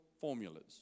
formulas